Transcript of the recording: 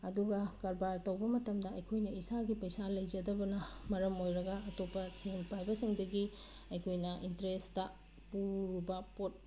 ꯑꯗꯨꯒ ꯀꯔꯕꯥꯔ ꯇꯧꯕ ꯃꯇꯝꯗ ꯑꯩꯈꯣꯏꯅ ꯏꯁꯥꯒꯤ ꯄꯩꯁꯥ ꯂꯩꯖꯗꯕꯅ ꯃꯔꯝ ꯑꯣꯏꯔꯒ ꯑꯇꯣꯞꯄ ꯁꯦꯟ ꯄꯥꯏꯕꯁꯤꯡꯗꯒꯤ ꯑꯩꯈꯣꯏꯅ ꯏꯟꯇꯔꯦꯁꯇ ꯄꯨꯕ ꯄꯣꯠ